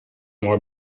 more